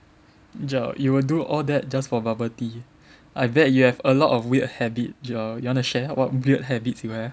Joel you will do all that just for bubble tea I bet you have a lot of weird habit Joel you want to share what weird habits you have